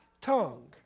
tongue